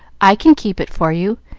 i can keep it for you.